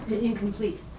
Incomplete